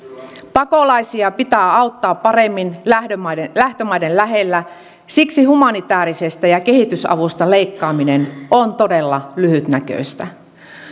pakolaisia pitää auttaa paremmin lähtömaiden lähtömaiden lähellä siksi humanitäärisestä avusta ja kehitysavusta leikkaaminen on todella lyhytnäköistä